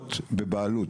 לדירות בבעלות,